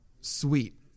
sweet